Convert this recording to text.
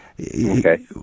Okay